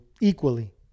equally